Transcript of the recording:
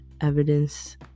evidence